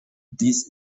dies